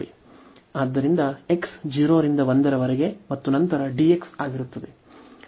ಆದ್ದರಿಂದ x 0 ರಿಂದ 1 ರವರೆಗೆ ಮತ್ತು ನಂತರ dx ಆಗಿರುತ್ತದೆ